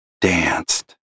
danced